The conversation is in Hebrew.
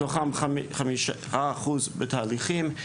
מתוכם 5% בתהליכים,